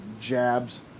Jabs